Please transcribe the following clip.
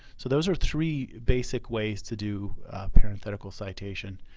so those are three basic ways to do parenthetical citation.